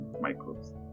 microbes